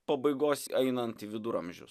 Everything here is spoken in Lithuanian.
pabaigos einant į viduramžius